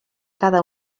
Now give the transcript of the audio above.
cada